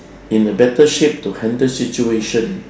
in a better shape to handle situation